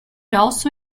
also